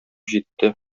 җитте